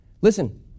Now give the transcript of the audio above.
Listen